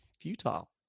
futile